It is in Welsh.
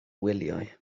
wyliau